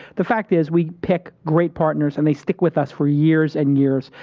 the fact is, we pick great partners and they stick with us for years and years.